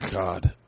god